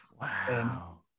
Wow